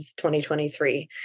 2023